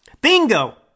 Bingo